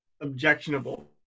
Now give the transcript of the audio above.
Objectionable